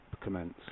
commence